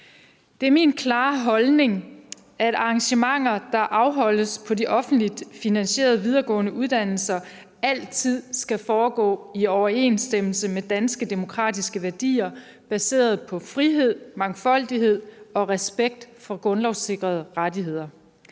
Det er min klare holdning, at arrangementer, der afholdes på de offentligt finansierede videregående uddannelser, altid skal foregå i overensstemmelse med danske demokratiske værdier, baseret på frihed, mangfoldighed og respekt for grundlovssikrede rettigheder.